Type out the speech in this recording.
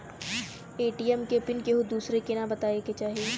ATM के PIN केहू दुसरे के न बताए के चाही